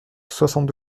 soixante